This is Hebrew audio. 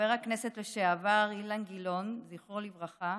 חבר הכנסת לשעבר אילן גילאון, זכרו לברכה,